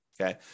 okay